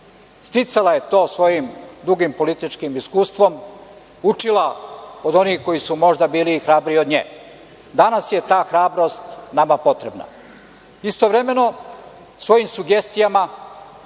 Sticala je to svojim dugim političkim iskustvom, učila od onih koji su možda bili hrabriji od nje. Danas je ta hrabrost nama potrebna. Istovremeno, svojim sugestijama